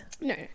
no